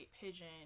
pigeon